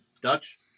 Dutch